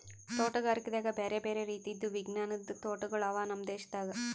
ತೋಟಗಾರಿಕೆದಾಗ್ ಬ್ಯಾರೆ ಬ್ಯಾರೆ ರೀತಿದು ವಿಜ್ಞಾನದ್ ತೋಟಗೊಳ್ ಅವಾ ನಮ್ ದೇಶದಾಗ್